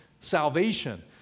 Salvation